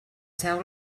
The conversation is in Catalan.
seu